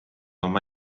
oma